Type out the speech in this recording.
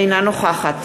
אינה נוכחת